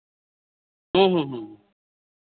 ᱦᱮᱸ ᱦᱮᱸ